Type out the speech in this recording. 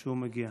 שהוא מגיע.